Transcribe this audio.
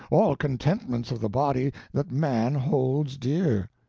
all contentments of the body that man holds dear.